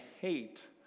hate